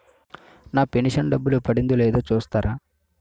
నా pension డబ్బులు పడిందో లేదో చూస్తారా?